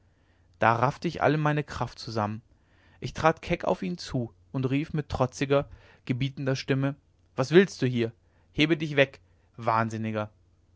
da raffte ich alle meine kraft zusammen ich trat keck auf ihn zu und rief mit trotziger gebietender stimme was willst du hier hebe dich weg wahnsinniger